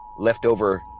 leftover